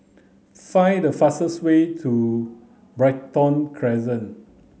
find the fastest way to Brighton Crescent